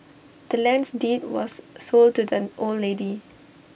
the land's deed was sold to the old lady